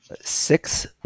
Six